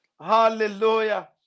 hallelujah